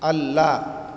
ಅಲ್ಲ